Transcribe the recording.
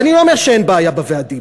ואני לא אומר שאין בעיה בוועדים,